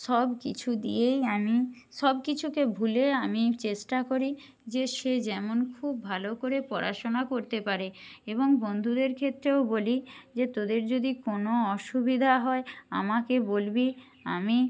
সব কিছু দিয়েই আমি সব কিছুকে ভুলে আমি চেষ্টা করি যে সে যেমন খুব ভালো করে পড়াশোনা করতে পারে এবং বন্ধুদের ক্ষেত্রেও বলি যে তোদের যদি কোনো অসুবিধা হয় আমাকে বলবি আমি